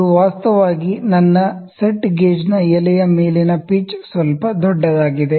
ಇದು ವಾಸ್ತವವಾಗಿ ನನ್ನ ಸೆಟ್ ಗೇಜ್ನ ಎಲೆಯ ಮೇಲಿನ ಪಿಚ್ ಸ್ವಲ್ಪ ದೊಡ್ಡದಾಗಿದೆ